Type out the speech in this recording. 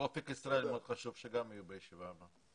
ו'אופק ישראלי' מאוד חשוב שגם יהיו בישיבה הבאה.